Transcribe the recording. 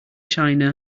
china